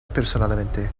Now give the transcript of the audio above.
personalmente